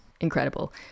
incredible